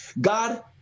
God